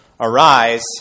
Arise